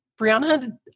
Brianna